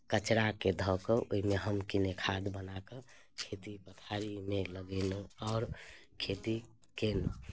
कचराके धऽ कऽ ओहिमे हम किने खाद बना कऽ खेती पथारीमे लगेलहुँ आओर खेती केलहुँ